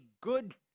good